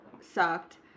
sucked